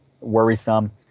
worrisome